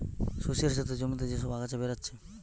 শস্যের সাথে জমিতে যে সব আগাছা বেরাচ্ছে